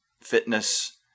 fitness